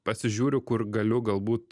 pasižiūriu kur galiu galbūt